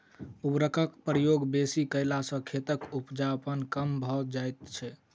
उर्वरकक प्रयोग बेसी कयला सॅ खेतक उपजाउपन कम भ जाइत छै